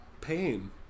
pain